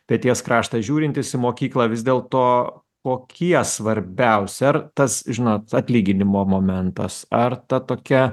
peties kraštą žiūrintys į mokyklą vis dėlto kokie svarbiausi ar tas žinot atlyginimo momentas ar ta tokia